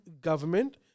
government